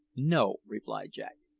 no, replied jack,